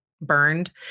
burned